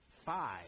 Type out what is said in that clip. five